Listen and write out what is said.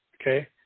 Okay